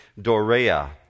Dorea